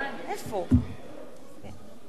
מירי רגב,